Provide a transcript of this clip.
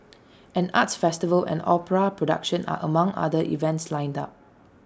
an arts festival and opera production are among other events lined up